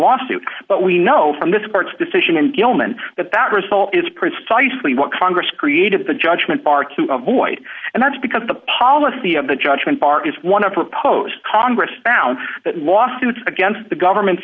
lawsuit but we know from this court's decision in gilman that that result is precisely what congress created the judgment bar to avoid and that's because the policy of the judgment bar is one of proposed congress found that lawsuits against the government